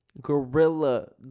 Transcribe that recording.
Gorilla